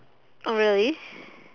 oh really